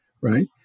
right